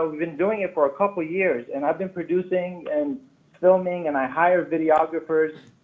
ah been doing it for a couple years and i've been producing and filming and i hire videographers,